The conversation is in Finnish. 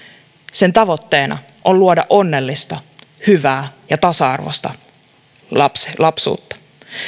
sen tavoitteena on luoda onnellista hyvää ja tasa arvoista lapsuutta